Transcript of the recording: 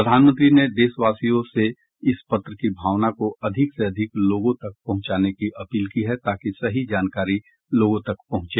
प्रधानमंत्री ने देशवासियों से इस पत्र की भावना को अधिक से अधिक लोगों तक पहुंचाने की अपील की है ताकि सही जानकारी लोगों तक पहुंचे